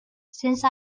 since